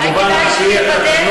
כמובן, על פי התקנות, זמני.